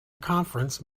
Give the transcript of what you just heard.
conference